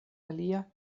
alia